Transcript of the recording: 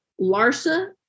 Larsa